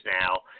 now